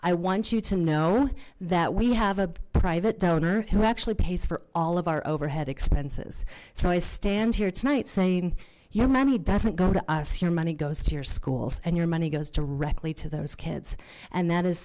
i want you to know that we have a private donor who actually pays for all of our overhead expenses so i stand here tonight saying your money doesn't go to us your money goes to your schools and your money goes directly to there is kids and that is